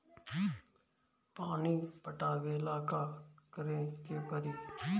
पानी पटावेला का करे के परी?